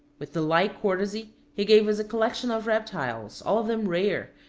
with the like courtesy, he gave us a collection of reptiles, all of them rare,